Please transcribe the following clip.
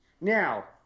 Now